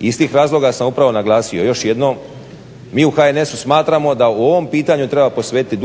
iz tih razloga sam upravo naglasio još jednom mi u HNS-u smatramo da u ovom pitanju treba posvetiti